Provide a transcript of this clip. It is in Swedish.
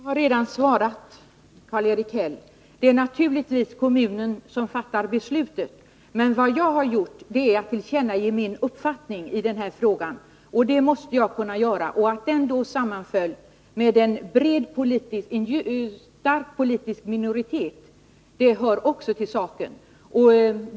Om visst skolbyg Herr talman! Jag har redan svarat Karl-Erik Häll. Det är naturligtvis kommunen som fattar beslutet. Vad jag har gjort är att tillkännage min uppfattning i frågan. Det måste jag kunna göra. Att den sammanfaller med en stark politisk minoritets uppfattning hör också till saken.